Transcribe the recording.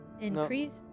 increased